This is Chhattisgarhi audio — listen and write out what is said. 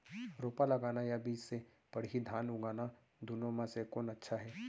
रोपा लगाना या बीज से पड़ही धान उगाना दुनो म से कोन अच्छा हे?